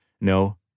no